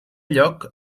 lloc